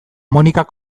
monikak